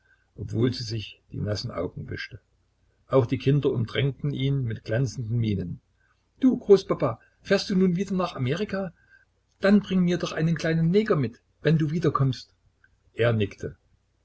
obwohl sie sich die nassen augen wischte auch die kinder umdrängten ihn mit glänzenden mienen du großpapa fährst du nun wieder nach amerika dann bringe mir doch einen kleinen neger mit wenn du wiederkommst er nickte